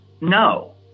No